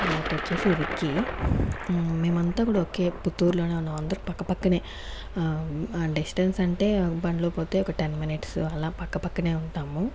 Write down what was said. తర్వాత వచ్చేసి రిక్కి మేమంతా కూడా ఒకే పుత్తూరులోనే ఉన్నాం అందరూ పక్కపక్కనే డిస్టెన్స్ అంటే బండ్లో పోతే ఒక టెన్ మినిట్స్ అలా పక్కపక్కనే ఉంటాము